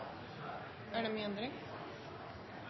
er det mye